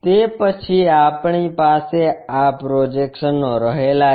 તે પછી આપણી પાસે આ પ્રોજેક્શનો રહેલા છે